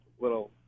little